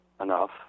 enough